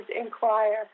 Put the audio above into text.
inquire